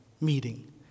meeting